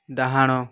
ଡାହାଣ